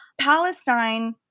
Palestine